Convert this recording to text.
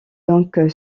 donc